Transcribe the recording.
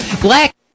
Black